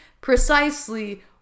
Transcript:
precisely